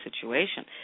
situation